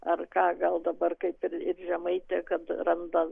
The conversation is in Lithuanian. ar ką gal dabar kaip ir ir žemaitė kad randa